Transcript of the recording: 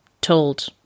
told